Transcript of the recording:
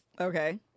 Okay